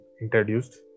introduced